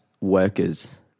workers